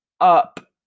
up